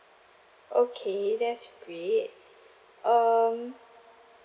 okay that's great um